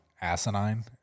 asinine